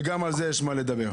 וגם על זה יש מה לדבר.